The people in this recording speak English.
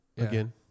Again